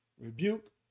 rebuke